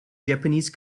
japanese